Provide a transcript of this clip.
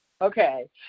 Okay